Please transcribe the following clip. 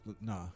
nah